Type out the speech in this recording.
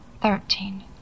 thirteen